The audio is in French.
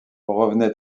revenait